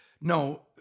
no